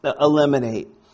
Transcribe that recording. eliminate